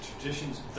traditions